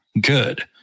good